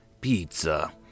pizza